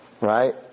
right